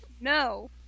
No